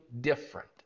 different